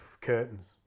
curtains